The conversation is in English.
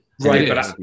Right